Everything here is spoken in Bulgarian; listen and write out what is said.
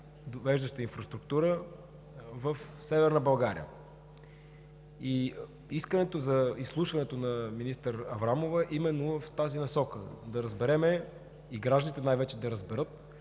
довеждаща инфраструктура в Северна България. Искането за изслушването на министър Аврамова е именно в тази насока – да разберем, най-вече и гражданите да разберат,